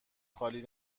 خالی